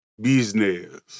business